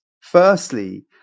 Firstly